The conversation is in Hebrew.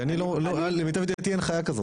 כי למיטב ידיעתי אין חיה כזאת.